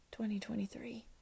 2023